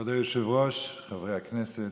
כבוד היושב-ראש, חברי הכנסת,